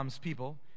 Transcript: people